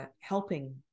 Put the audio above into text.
helping